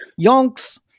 Yonks